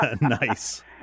Nice